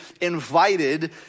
invited